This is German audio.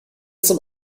zum